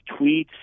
tweets